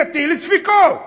יטיל ספקות.